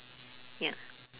ya